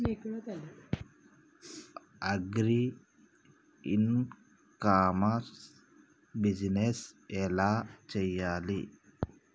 Agri e commerce business ఎలా చెయ్యాలి?